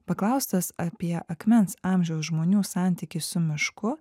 paklaustas apie akmens amžiaus žmonių santykį su mišku